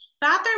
Bathroom